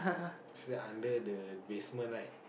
under the basement right